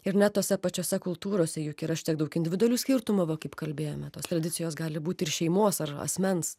ir net tose pačiose kultūrose juk yra šitiek daug individualių skirtumų va kaip kalbėjome tos tradicijos gali būti ir šeimos ar asmens